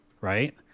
right